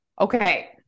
Okay